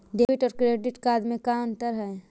Debit और credit card में का अंतर है?